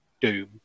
Doom